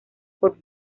por